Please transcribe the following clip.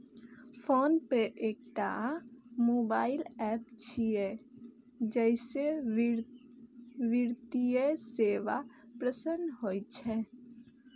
PhonePe एकटा mobile app छियै, जइसे वित्तीय सेवा संपन्न होइ छै